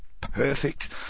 perfect